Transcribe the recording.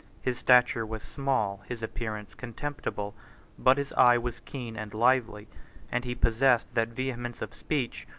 his stature was small, his appearance contemptible but his eye was keen and lively and he possessed that vehemence of speech,